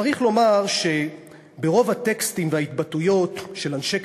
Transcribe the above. צריך לומר שברוב הטקסטים וההתבטאויות של אנשי